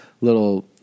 little